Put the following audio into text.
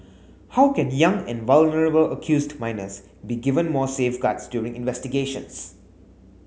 how can young and vulnerable accused minors be given more safeguards during investigations